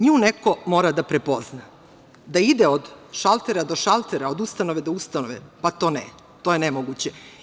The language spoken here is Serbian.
Nju neko mora da prepozna, da ide od šaltera do šaltera, od ustanove do ustanove, pa to je nemoguće.